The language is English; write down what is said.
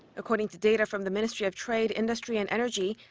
according to data from the ministry of trade, industry and energy,